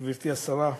גברתי השרה,